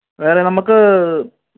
വേറെ നമുക്ക്